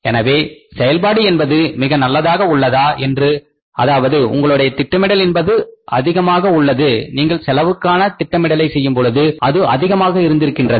எனவே செயல்பாடு என்பது மிக நல்லதாக உள்ளது என்று அதாவது உங்களுடைய திட்டமிடல் என்பது அதிகமாக உள்ளது நீங்கள் செலவுக்கான திட்டமிடலை செய்யும்பொழுது அது அதிகமாக இருந்திருக்கின்றது